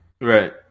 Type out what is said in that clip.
Right